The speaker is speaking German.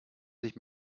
sich